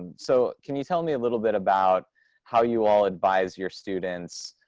and so can you tell me a little bit about how you all advise your students,